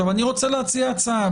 אני רוצה להציע הצעה.